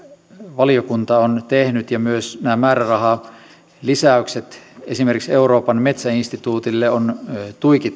valiokunta on tehnyt ja myös nämä määrärahalisäykset esimerkiksi euroopan metsäinstituutille ovat tuiki